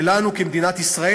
שלנו כמדינת ישראל,